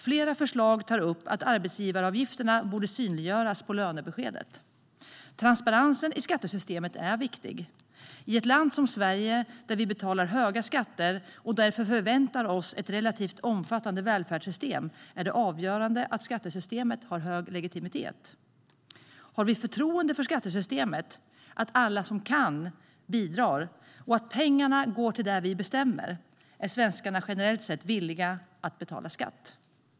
Flera förslag tar upp att arbetsgivaravgifterna borde synliggöras på lönebeskedet. Transparensen i skattesystemet är viktig. I ett land som Sverige, där vi betalar höga skatter och därför förväntar oss ett relativt omfattande välfärdssystem, är det avgörande att skattesystemet har hög legitimitet. Om vi har förtroende för skattesystemet, för att alla som kan bidrar och att pengarna går till det vi bestämmer, är svenskarna generellt sett villiga att betala skatt.